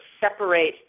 separate